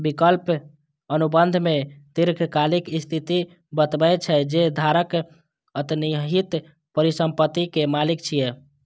विकल्प अनुबंध मे दीर्घकालिक स्थिति बतबै छै, जे धारक अंतर्निहित परिसंपत्ति के मालिक छियै